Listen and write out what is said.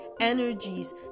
energies